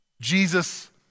Jesus